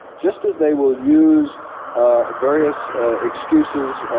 just as they will use various excuses,